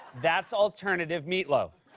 that's alternative meatloaf.